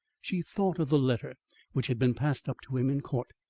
she thought of the letter which had been passed up to him in court,